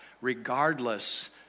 regardless